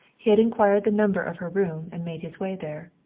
he had inquired the number of her room and made his way there.